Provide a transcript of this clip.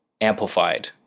amplified